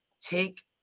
take